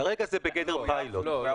כרגע זה בגדר פיילוט.